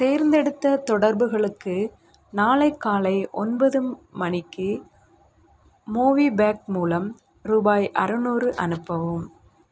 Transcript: தேர்ந்தெடுத்த தொடர்புகளுக்கு நாளை காலை ஒன்பது மணிக்கு மோவிபேக் மூலம் ரூபாய் அறநூறு அனுப்பவும்